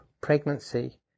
pregnancy